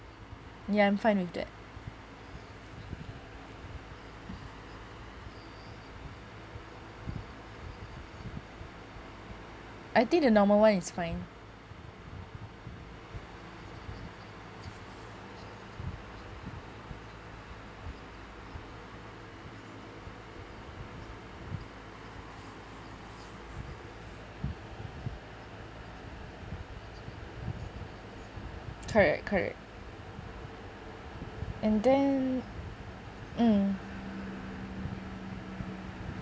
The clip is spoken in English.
ya I'm fine with that I think the normal [one] is fine correct correct and then mm